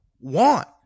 want